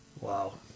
Wow